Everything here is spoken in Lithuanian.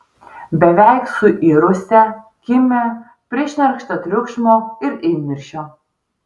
beveik suirusią kimią prišnerkštą triukšmo ir įniršio